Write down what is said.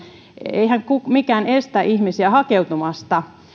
eihän mikään estä ihmisiä hakeutumasta